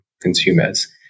consumers